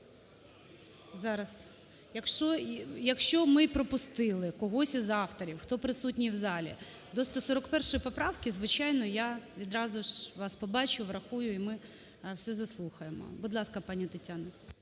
Якщо ми пропустили когось із авторів, хто присутній в залі до 141 поправки, звичайно, я ж відразу вас побачу, врахую, і ми все заслухаємо. Будь ласка, пані Тетяно.